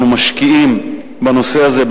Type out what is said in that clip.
אנחנו משקיעים בנושא הזה,